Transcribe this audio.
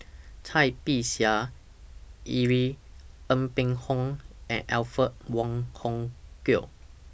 Cai Bixia Irene Ng Phek Hoong and Alfred Wong Hong Kwok